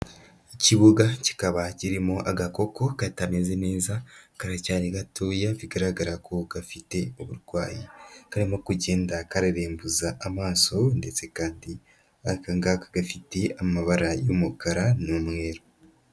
Ikibuga kikaba kiririmo agakoko katameze neza karacyari gatoya, bigaragara ko gafite uburwayi, karimo kugenda kararerembuza amaso ndetse kandi aka ngagaka gafite amabara y'umukara n'umweru.